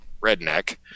redneck